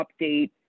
update